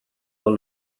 all